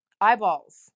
eyeballs